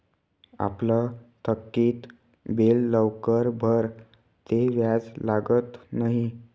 आपलं थकीत बिल लवकर भरं ते व्याज लागत न्हयी